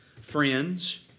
friends